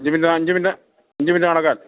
അഞ്ചു minute അഞ്ചു minute